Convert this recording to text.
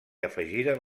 afegiren